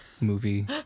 movie